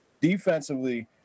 defensively